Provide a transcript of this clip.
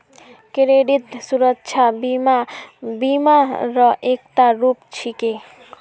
credit सुरक्षा बीमा बीमा र एकता रूप छिके